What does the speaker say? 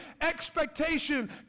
expectation